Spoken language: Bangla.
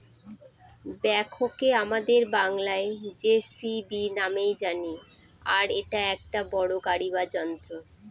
ব্যাকহোকে আমাদের বাংলায় যেসিবি নামেই জানি আর এটা একটা বড়ো গাড়ি বা যন্ত্র